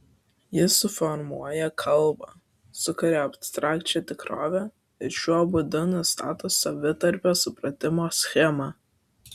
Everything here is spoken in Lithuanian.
ji suformuoja kalbą sukuria abstrakčią tikrovę ir šiuo būdu nustato savitarpio supratimo schemą